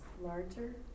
larger